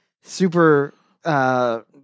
super